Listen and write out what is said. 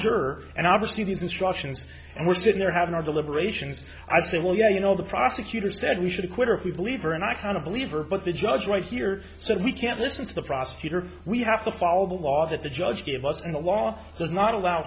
jerk and obviously these instructions and was in there having our deliberations i say well you know the prosecutor said we should quit if we believe her and i kind of believe are but the judge right here so we can't listen to the prosecutor we have to follow the law that the judge gave us and the law does not allow